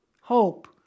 Hope